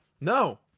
No